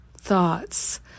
thoughts